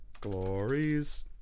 Glories